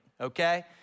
okay